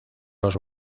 los